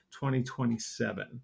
2027